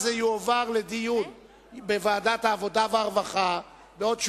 זה יועבר לדיון בוועדת העבודה הרווחה בעוד שבועיים,